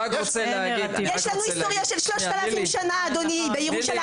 אדוני, יש לנו היסטוריה של 3,000 שנה בירושלים.